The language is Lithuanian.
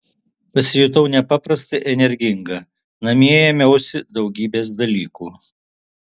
pasijutau nepaprastai energinga namie ėmiausi daugybės dalykų